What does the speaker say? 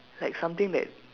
like something that